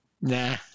Nah